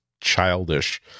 childish